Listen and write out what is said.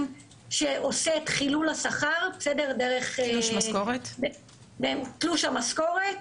שעושה את חילול השכר דרך תלוש המשכורת,